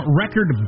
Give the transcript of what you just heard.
record